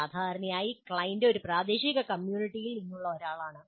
സാധാരണയായി ക്ലയന്റ് ഒരു പ്രാദേശിക കമ്മ്യൂണിറ്റിയിൽ നിന്നുള്ള ഒരാളാണ്